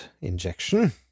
injection—